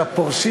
שהפורשים,